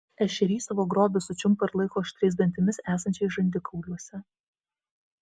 ešerys savo grobį sučiumpa ir laiko aštriais dantimis esančiais žandikauliuose